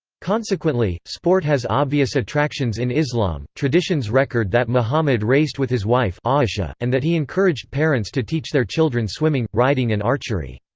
consequently, sport has obvious attractions in islam traditions record that muhammad raced with his wife a'ishah, and that he encouraged parents to teach their children swimming, riding and archery.